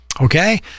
okay